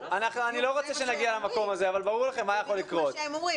יש עוד 14 ימים שבהם מותר לנו לדון באותן תקנות ורטרואקטיבית לשנות